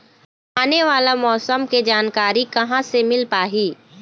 आने वाला मौसम के जानकारी कहां से मिल पाही?